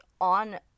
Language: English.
on